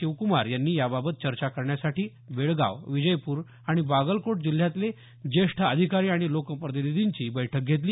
शिवक्मार यांनी याबाबत चर्चा करण्यासाठी बेळगाव विजयपूर आणि बागलकोट जिल्ह्यांतले ज्येष्ठ अधिकारी आणि लोकप्रतिनिधींची बैठक घेतली